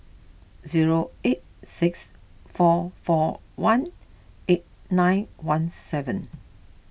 zero eight six four four one eight nine one seven